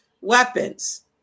weapons